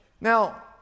Now